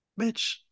Bitch